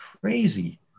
crazy